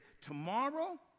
tomorrow